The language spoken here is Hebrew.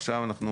עכשיו אנחנו